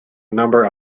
number